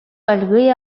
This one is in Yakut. аргыый